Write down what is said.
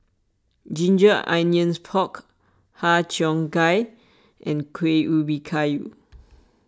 Ginger Onions Pork Har Cheong Gai and Kuih Ubi Kayu